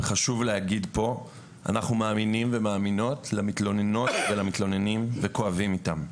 וחשוב להגיד פה שאנחנו מאמינים למתלוננים ולמתלוננות וכואבים איתם.